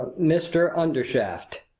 mr undershaft.